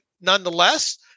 nonetheless